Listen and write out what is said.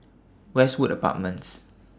Westwood Apartments